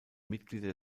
mitglieder